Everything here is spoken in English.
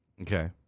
Okay